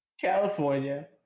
California